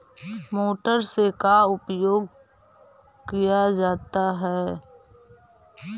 Motor से का उपयोग क्या जाता है?